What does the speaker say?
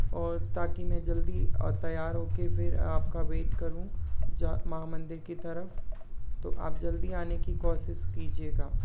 और ताकि मैं जल्दी तैयार हो के फिर आपका वेट करूँ महा मंदिर की तरफ़ तो आप जल्दी आने की कोशिश कीजिएगा